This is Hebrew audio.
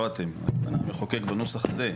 לא אתם, המחוקק בנוסח הזה.